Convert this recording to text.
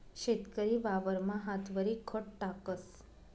शेतकरी वावरमा हातवरी खत टाकस